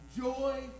joy